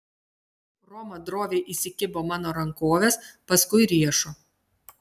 roma droviai įsikibo mano rankovės paskui riešo